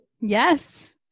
Yes